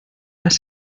las